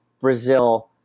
Brazil